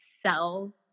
sell